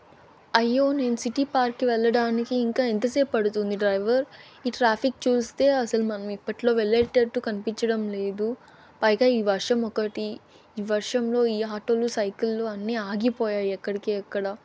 అయ్యో నేను city park వెళ్ళడానికి ఇంకా ఎంతసేపు పడుతుంది డ్రైవర్ ఈ ట్రాఫిక్ చూస్తే అసలు మనం ఇప్పట్లో వెళ్ళేటట్టు కనిపిచ్చడం లేదు పైగా ఈ వర్షం ఒకటీ ఈ వర్షంలో ఈ ఆటోలు సైకిళ్ళు అన్ని ఆగిపోయాయి ఎక్కడికి ఎక్కడ